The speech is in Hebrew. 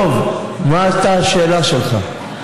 דב, מה הייתה השאלה שלך?